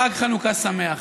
חג חנוכה שמח,